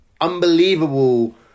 unbelievable